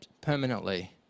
permanently